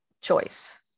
choice